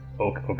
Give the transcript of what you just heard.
Okay